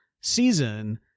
season